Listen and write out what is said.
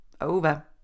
Over